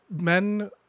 men